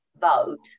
vote